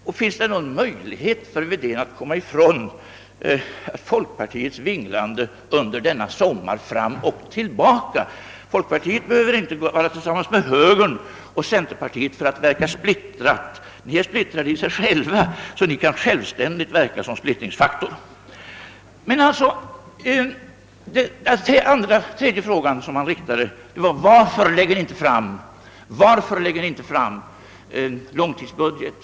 Finns det vidare någon möjlighet för herr Wedén att komma ifrån folkpartiets vinglande fram och tillbaka under denna sommar? Folkpartiet behöver inte uppträda tillsammans med högern och centerpartiet för att verka splittrat — ni är splittrade i er själva och kan alltså självständigt verka som splittringsfaktor. Den tredje fråga som herr Wedén riktade till oss gällde anledningen till att vi inte lägger fram någon långtidsbudget.